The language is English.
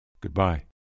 Goodbye